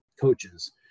coaches